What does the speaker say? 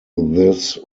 this